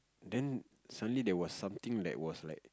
then suddenly there was something that was like